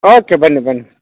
okay ಬನ್ನಿ ಬನ್ನಿ